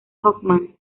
hoffman